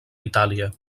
itàlia